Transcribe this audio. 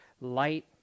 light